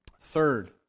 Third